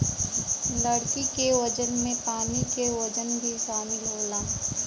लकड़ी के वजन में पानी क वजन भी शामिल होला